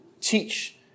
teach